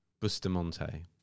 Bustamonte